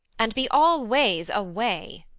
and be all ways away.